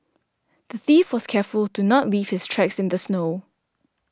the thief was careful to not leave his tracks in the snow